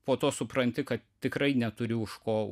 po to supranti kad tikrai neturi už ko